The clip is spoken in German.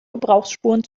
gebrauchsspuren